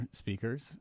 speakers